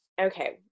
okay